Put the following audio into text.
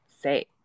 say